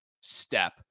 step